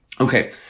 Okay